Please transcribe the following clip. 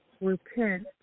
repent